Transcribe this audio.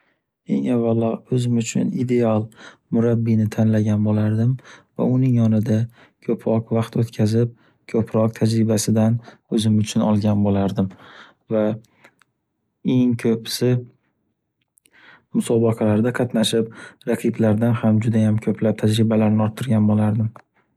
Eng avvalo o’zim uchun ideal murabbiyni tanlagan bo’lardim. Va uning yonida ko’proq vaqt o’tkazib, ko’proq tajribasidan o’zim uchun olgan bo’lardim. Va eng ko’pisi musobaqalarda qatnashib raqiblardan ham judayam ko’p tajribalarni orttirgan bo’lardim.